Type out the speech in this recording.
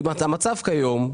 במצב כיום,